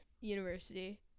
university